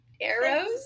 Arrows